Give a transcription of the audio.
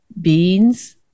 beans